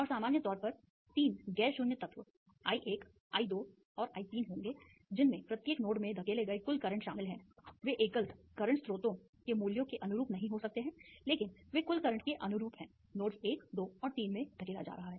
और सामान्य तौर पर तीन गैर शून्य तत्व I1 I2 और I3 होंगे जिनमें प्रत्येक नोड में धकेले गए कुल करंट शामिल हैं वे एकल करंट स्रोतों के मूल्यों के अनुरूप नहीं हो सकते हैं लेकिन वे कुल करंट के अनुरूप हैं नोड्स 1 2 और 3 में धकेला जा रहा है